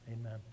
Amen